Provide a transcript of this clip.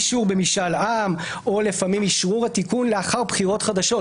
אישור במשאל עם או לפעמים אשרור התיקון לאחר בחירות חדשות.